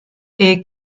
est